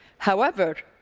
however,